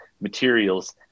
materials